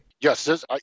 Yes